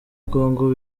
congo